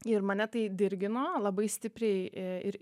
ir mane tai dirgino labai stipriai ir